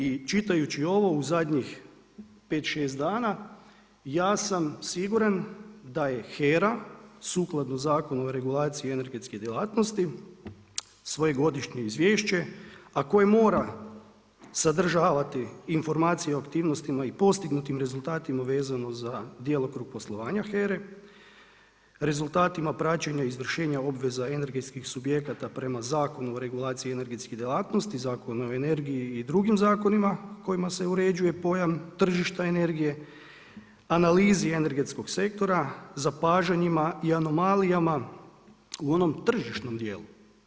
I čitajući ovo u zadnjih 5, 6 dana, ja sam siguran da je HERA sukladno Zakonu o regulaciji energetske djelatnosti svoje godišnje izvješće, a koje mora sadržavati informacije o aktivnostima i postignutim rezultatima vezano za djelokrug poslovanja HERA-e, rezultatima praćenja, izvršenje obveza energetskih subjekata prema Zakonu o regulaciji energetske djelatnosti, Zakon o energiji i drugim zakonima kojima se uređuje pojam tržišta energije, analizi energetskog sektorima, zapažanjima i anomalijama u onom tržišnom dijelu.